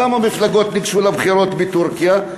כמה מפלגות ניגשו לבחירות בטורקיה?